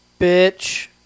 Bitch